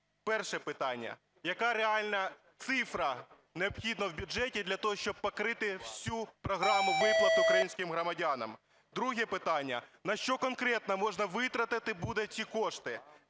Перше питання. Яка реальна цифра необхідна в бюджеті для того, щоб покрити всю програму виплат українським громадянам? Друге питання. На що конкретно можна витратити буде ці кошти?